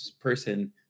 person